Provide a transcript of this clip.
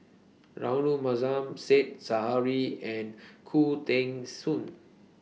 Rahayu Mahzam Said Zahari and Khoo Teng Soon